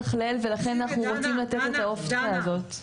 ולכן אנחנו רוצים לתת את האפשרות הזאת.